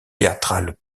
théâtral